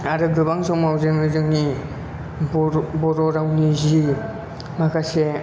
आरो गोबां समाव जोङो जोंनि बर' बर' रावनि जि माखासे